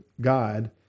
God